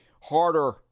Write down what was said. harder